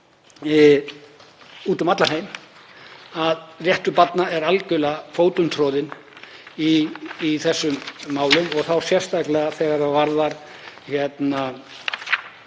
um allan heim að réttur barna er algerlega fótum troðinn í þessum málum og þá sérstaklega þegar það varðar